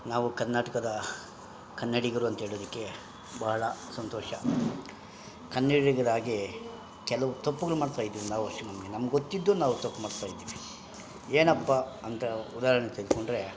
ನಾವು ಕರ್ನಾಟಕದ ಕನ್ನಡಿಗರು ಅಂತೇಳೋದಿಕ್ಕೆ ಬಹಳ ಸಂತೋಷ ಕನ್ನಡಿಗರಾಗಿ ಕೆಲವು ತಪ್ಪುಗಳು ಮಾಡ್ತಾಯಿದಿವಿ ನಾವು ನಮ್ಗೆ ಗೊತ್ತಿದ್ದೂ ನಾವು ತಪ್ಪು ಮಾಡಿಸ್ತಾಯಿದಿವಿ ಏನಪ್ಪ ಅಂತ ಉದಾಹರಣೆ ತೆಗೆದ್ಕೊಂಡ್ರೆ